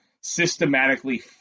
systematically